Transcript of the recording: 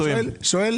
אני שואל